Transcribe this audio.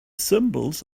symbols